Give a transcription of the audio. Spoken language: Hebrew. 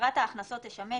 ויתרת ההכנסות תשמש,